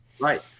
Right